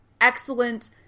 excellent